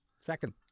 Second